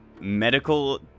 medical